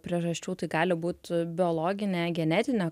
priežasčių tai gali būt biologinė genetinė